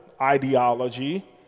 ideology